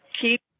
Keep